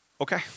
okay